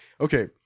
Okay